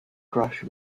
crash